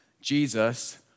Jesus